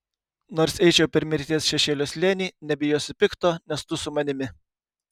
nors eičiau per mirties šešėlio slėnį nebijosiu pikto nes tu su manimi